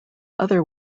other